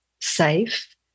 safe